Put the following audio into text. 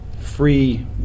free